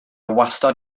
wastad